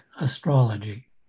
astrology